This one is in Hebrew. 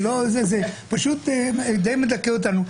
זה די מדכא אותנו.